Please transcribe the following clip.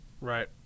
Right